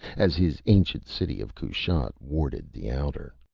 as his ancient city of kushat warded the outer.